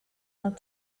not